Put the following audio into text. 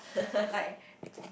like the